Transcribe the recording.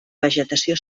vegetació